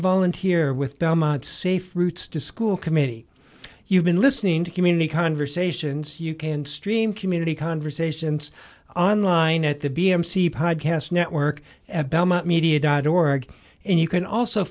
volunteer with belmont safe routes to school committee you've been listening to community conversations you can stream community conversations online at the b m c podcast network at belmont media dot org and you can also